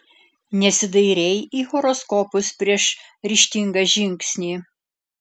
nesidairei į horoskopus prieš ryžtingą žingsnį